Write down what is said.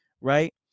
right